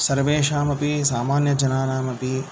सर्वेषामपि सामान्यजनानामपि